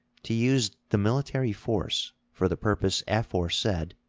to use the military force for the purpose aforesaid,